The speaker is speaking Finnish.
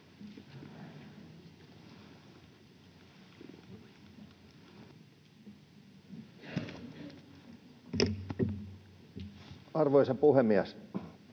Arvoisa puhemies!